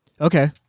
Okay